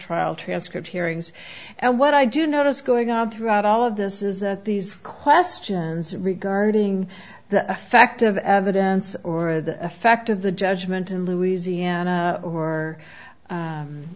trial transcript hearings and what i do notice going on throughout all of this is that these questions regarding the effect of evidence or the effect of the judgment in louisiana or